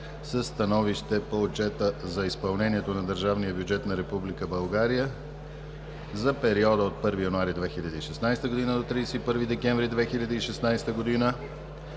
със становище по Отчета за изпълнението на държавния бюджет на Република България за периода 1 януари 2016 г. до 31 декември 2016 г.